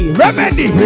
remedy